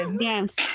yes